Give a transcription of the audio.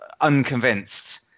unconvinced